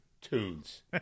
tunes